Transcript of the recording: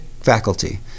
faculty